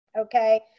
okay